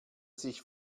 sich